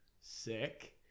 sick